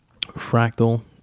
fractal